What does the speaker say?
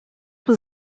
was